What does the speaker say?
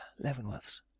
Leavenworth's